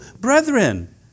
brethren